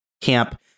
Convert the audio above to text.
camp